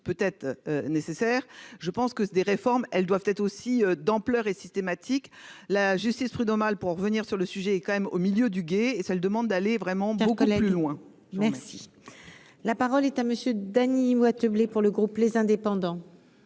peut être nécessaire, je pense que ceux des réformes, elles doivent être aussi d'ampleur et systématique la justice prud'homale pour revenir sur le sujet est quand même au milieu du gué et celle demande d'aller vraiment beaucoup de plus loin. Merci, la parole est à monsieur Dany Wattebled pour le groupe, les indépendants.